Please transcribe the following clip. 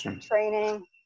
training